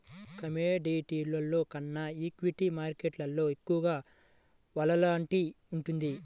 కమోడిటీస్లో కన్నా ఈక్విటీ మార్కెట్టులో ఎక్కువ వోలటాలిటీ ఉంటుంది